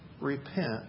repent